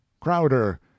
crowder